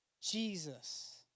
Jesus